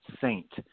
Saint